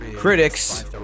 Critics